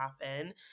happen